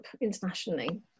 internationally